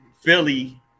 Philly